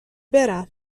برم